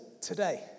Today